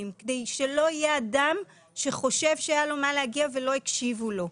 כדי שלא יהיה אדם שחושב שהיה לו מה להגיד ולא הקשיבו לו.